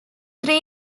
three